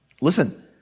Listen